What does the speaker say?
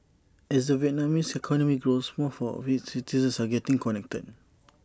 as the Vietnamese economy grows more of its citizens are getting connected